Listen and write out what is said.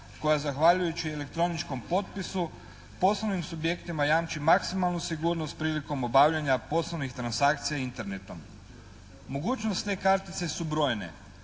koja zahvaljujući elektroničkom potpisu poslovnim subjektima jamči maksimalnu sigurnost prilikom obavljanja poslovnih transakcija internetom. Mogućnosti te kartice su brojne